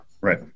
Right